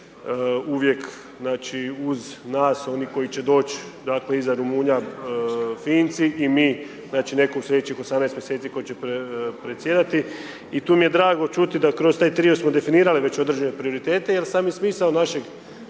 znači uz nas oni koji će doć dakle iza Rumunja, Finci i mi znači neko u slijedećih 18 mjeseci tko predsjedati i tu mi je drago čuti da kroz taj trio smo definirali već određene prioritete jer sami smisao našeg